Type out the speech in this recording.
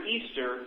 Easter